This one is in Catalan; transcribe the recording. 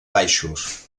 baixos